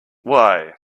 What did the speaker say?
why